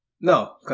No